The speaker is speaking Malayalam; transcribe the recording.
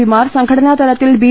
പി മാർ സംഘടനാതലത്തിൽ ബി